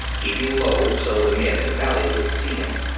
keeping low so the men in the valley wouldn't see him.